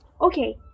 Okay